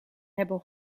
hebben